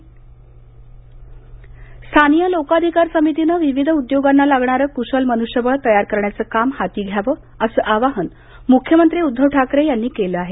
ठाकरे स्थानिय लोकाधिकार समितीनं विविध उद्योगांना लागणार कुशल मनुष्यबळ तयार करण्याचं काम हाती घ्यावं असं आवाहन मुख्यमंत्री उद्धव ठाकरे यांनी केलं आहे